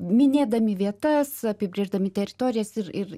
minėdami vietas apibrėždami teritorijas ir ir